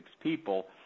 people